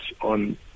on